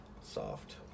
soft